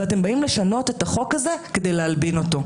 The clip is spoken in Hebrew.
ואתם באים לשנות את החוק הזה כדי להלבין אותו.